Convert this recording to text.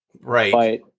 right